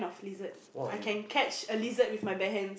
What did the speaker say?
lizard I can catch a lizard with my bare hands